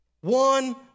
one